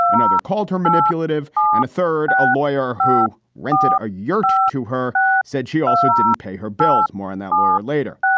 another called her manipulative. and a third, a lawyer who rented a york to her said she also didn't pay her bills. more on that lawyer later.